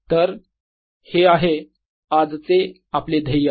तर हे आहे आजचे आपले ध्येय